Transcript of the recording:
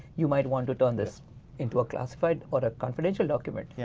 you might want to turn this into classified or a confidential document. yeah